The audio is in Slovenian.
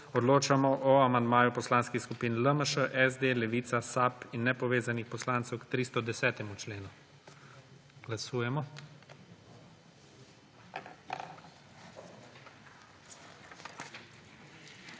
Odločamo o amandmaju poslanskih skupin LMŠ, SD, Levica, SAB in nepovezanih poslancev k temu podprogramu pod